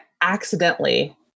accidentally